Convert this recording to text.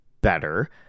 better